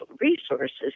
resources